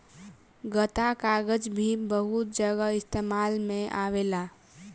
गत्ता कागज़ भी बहुत जगह इस्तेमाल में आवेला